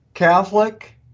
Catholic